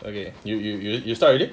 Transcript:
okay you you you you you start okay